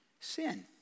sin